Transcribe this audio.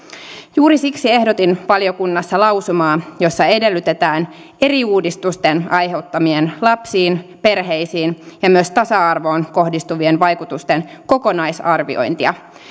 juuri siksi ehdotin valiokunnassa lausumaa jossa edellytetään eri uudistusten aiheuttamien lapsiin perheisiin ja myös tasa arvoon kohdistuvien vaikutusten kokonaisarviointia